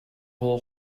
hol